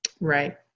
Right